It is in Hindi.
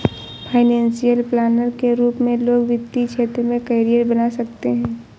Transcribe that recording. फाइनेंशियल प्लानर के रूप में लोग वित्तीय क्षेत्र में करियर बना सकते हैं